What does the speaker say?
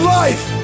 life